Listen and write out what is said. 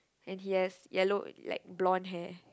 and he has yellow like blonde hair